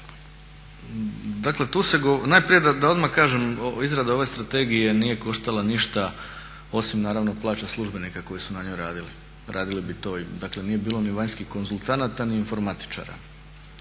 informatičara, najprije da odmah kažem izrada ove strategije nije koštala ništa osim naravno plaća službenika koji su na njoj radili, radili bi to, dakle nije bilo ni vanjskih konzultanata ni informatičara.